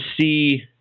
see